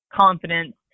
confidence